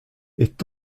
est